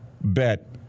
bet